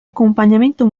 accompagnamento